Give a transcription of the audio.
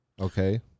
Okay